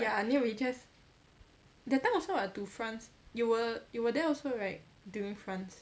ya I mean we just that time also [what] to france you were you were there also right during france